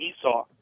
Esau